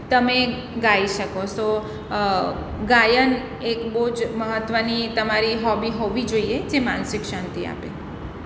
તમે ગાઈ શકો છો ગાયન એક બહુ જ મહત્ત્વની તમારી હોબી હોવી જોઈએ જે માનસિક શાંતિ આપે